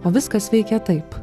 o viskas veikia taip